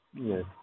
Yes